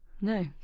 No